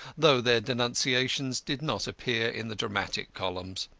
though their denunciations did not appear in the dramatic columns.